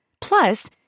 Plus